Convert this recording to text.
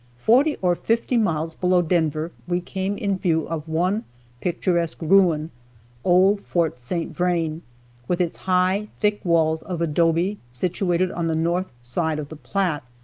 forty or fifty miles below denver we came in view of one picturesque ruin old fort st. vrain with its high, thick walls of adobe situated on the north side of the platte.